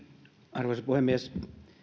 arvoisa puhemies